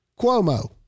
Cuomo